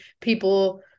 people